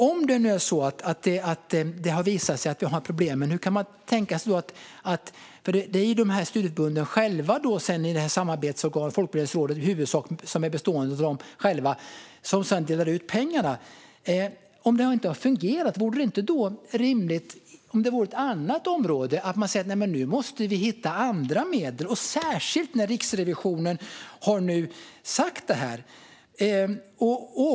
Om det nu har visat sig att vi har de här problemen, hur kan man då tänka sig att man tar itu med det? Det är ju studieförbunden själva i samarbetsorganet Folkbildningsrådet, som i huvudsak är bestående av dem själva, som sedan delar ut pengarna. Om det inte har fungerat, borde det då inte vara rimligt att man säger att man måste hitta andra medel, särskilt när Riksrevisionen nu har sagt det här?